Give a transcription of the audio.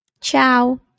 Ciao